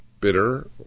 bitter